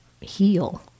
heal